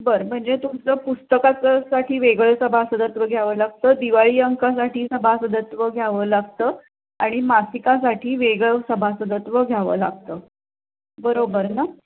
बरं म्हणजे तुमचं पुस्तकाचं साठी वेगळं सभासदत्व घ्यावं लागतं दिवाळी अंकासाठी सभासदत्व घ्यावं लागतं आणि मासिकासाठी वेगळं सभासदत्व घ्यावं लागतं बरोबर ना